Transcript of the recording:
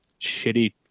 shitty